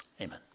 amen